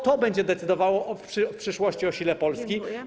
To będzie decydowało w przyszłości o sile Polski.